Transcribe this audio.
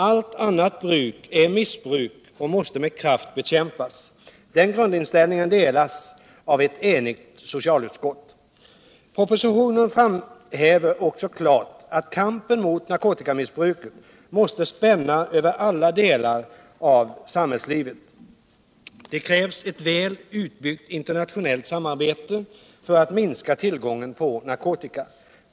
Allt annat bruk är missbruk och måste med kraft bekämpas. Den grundinställningen delas av ett enigt socialutskott. I propositionen framhävs också klart att kampen mot narkotikamissbruket måste spänna över alla delar av samhällslivet. Det krävs ett väl utbyggt internationellt samarbete för att minska tillgången på narkotika.